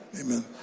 Amen